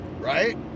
Right